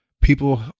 people